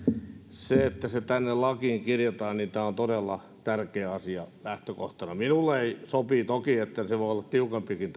se että se tänne lakiin kirjataan on todella tärkeä asia lähtökohtana minulle sopii toki että tämä rangaistuskäytäntö voi olla tiukempikin